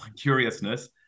curiousness